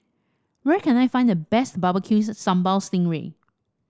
where can I find the best bbq Sambal Sting Ray